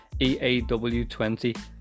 EAW20